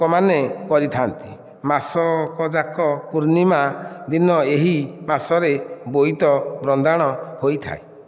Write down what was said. ଲୋକମାନେ କରିଥାନ୍ତି ମାସକ ଯାକ ପୂର୍ଣ୍ଣିମା ଦିନ ଏହି ମାସରେ ବୋଇତ ବନ୍ଦାଣ ହୋଇଥାଏ